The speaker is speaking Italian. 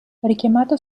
richiamato